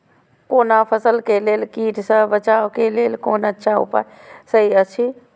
कोनो फसल के लेल कीट सँ बचाव के लेल कोन अच्छा उपाय सहि अछि?